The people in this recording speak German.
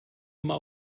immer